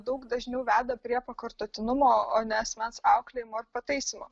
daug dažniau veda prie pakartotinumo o ne asmens auklėjimo ar pataisymo